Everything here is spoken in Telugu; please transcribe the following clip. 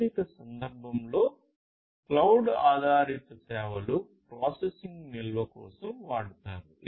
ఆధునిక సందర్భంలోక్లౌడ్ ఆధారిత సేవలు ప్రాసెసింగ్ నిల్వ కోసం వాడుతారు